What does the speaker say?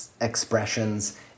expressions